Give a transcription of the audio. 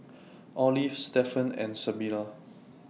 Olive Stephen and Sybilla